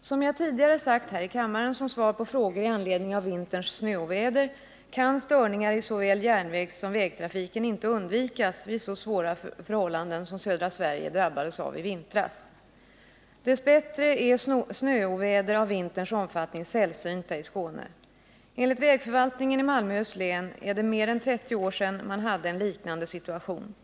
Som jag tidigare sagt här i kammaren som svar på frågor i anledning av i Trelleborgsområvinterns snöoväder kan störningar i såväl järnvägssom vägtrafiken inte det undvikas vid så svåra förhållanden som dem södra Sverige drabbades av i vintras. Dess bättre är snöoväder av vinterns omfattning sällsynta i Skåne. Enligt vägförvaltningen i Malmöhus län är det mer än 30 år sedan man hade en liknande situation.